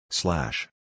Slash